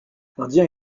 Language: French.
indiens